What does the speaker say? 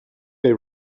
they